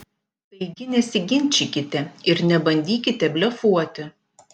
taigi nesiginčykite ir nebandykite blefuoti